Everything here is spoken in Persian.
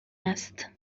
است